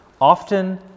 often